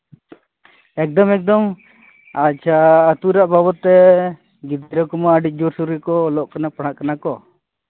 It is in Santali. ᱮᱠᱫᱚᱢ ᱮᱠᱫᱚᱢ ᱟᱪᱪᱷᱟ ᱟᱹᱛᱩ ᱨᱮᱭᱟᱜ ᱵᱟᱵᱚᱫᱽᱛᱮ ᱜᱤᱫᱽᱨᱟᱹ ᱠᱚᱢᱟ ᱟᱹᱰᱤ ᱡᱳᱨᱥᱳᱨ ᱠᱚ ᱚᱞᱚᱜ ᱠᱟᱱᱟ ᱠᱚ ᱯᱟᱲᱦᱟᱜ ᱠᱟᱱᱟ ᱠᱚ